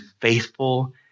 faithful